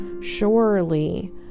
surely